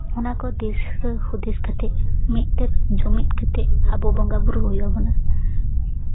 ᱚᱱᱟ ᱠᱚ ᱫᱤᱥᱟᱹ ᱦᱩᱫᱤᱥ ᱠᱟᱛᱮ ᱢᱤᱫ ᱛᱮ ᱡᱩᱢᱤᱫ ᱠᱟᱛᱮ ᱟᱵᱚ ᱵᱚᱸᱜᱟᱼᱵᱳᱨᱳ ᱦᱩᱭ ᱟᱵᱚᱱᱟ